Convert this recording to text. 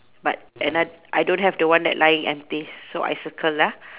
but and I I don't have the one that lying anything so I circle ah